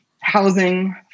Housing